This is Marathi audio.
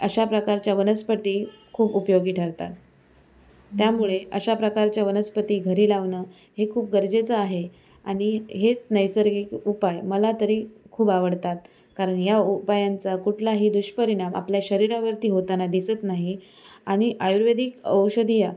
अशाप्रकारच्या वनस्पती खूप उपयोगी ठरतात त्यामुळे अशाप्रकारच्या वनस्पती घरी लावणं हे खूप गरजेचं आहे आणि हेच नैसर्गिक उपाय मला तरी खूप आवडतात कारण या उपायांचा कुठलाही दुष्परिणाम आपल्या शरीरावरती होताना दिसत नाही आणि आयुर्वेदिक औषधी या